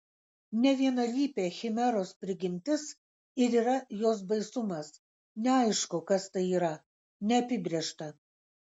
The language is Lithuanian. nevienalypė chimeros prigimtis ir yra jos baisumas neaišku kas tai yra neapibrėžta